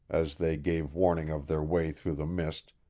as they gave warning of their way through the mist,